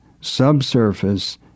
subsurface